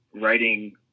writing